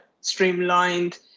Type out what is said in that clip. streamlined